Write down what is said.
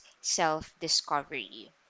self-discovery